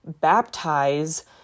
baptize